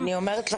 אז אני אומרת לך.